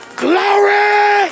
glory